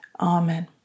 Amen